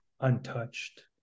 untouched